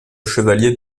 chevalier